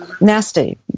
nasty